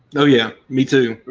oh yeah. me too.